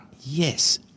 Yes